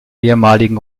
ehemaligen